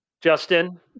Justin